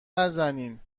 نزنین